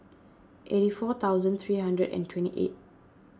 eighty four thousand three hundred and twenty eight